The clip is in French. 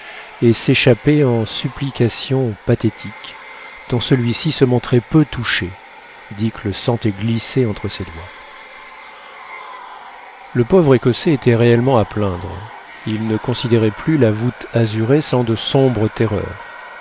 et s'échappait en supplications pathétiques dont celui-ci se montrait peu touché dick le sentait glisser entre ses doigts le pauvre écossais était réellement à plaindre il ne considérait plus la voûte azurée sans de sombres terreurs